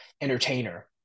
entertainer